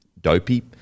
dopey